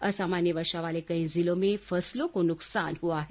असामान्य वर्षा वाले कई जिलों में फसलों को नुकसान हुआ है